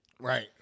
Right